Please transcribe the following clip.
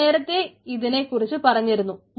നമ്മൾ നേരത്തെ ഇതിനെ കുറിച്ചു പറഞ്ഞിരുന്നു